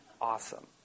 Awesome